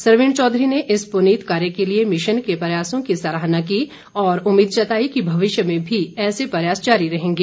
सरवीण चौधरी ने इस पुनीत कार्य के लिए मिशन के प्रयासों की सराहना की और उम्मीद जताई कि भविष्य में भी ऐसे प्रयास जारी रहेंगे